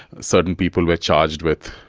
certain people were charged with,